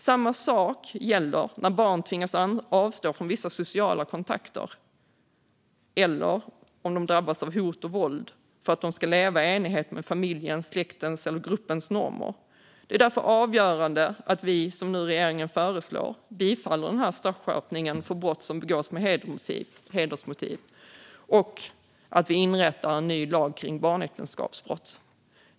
Samma sak gäller när barn tvingas avstå från vissa sociala kontakter eller drabbas av hot och våld för att de ska leva i enlighet med familjens, släktens eller gruppens normer. Det är därför avgörande att vi, som regeringen nu föreslår, bifaller straffskärpningen för brott som begås med hedersmotiv och att vi inrättar en ny lag kring barnäktenskapsbrott.